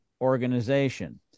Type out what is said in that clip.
organization